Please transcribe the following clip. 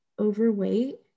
overweight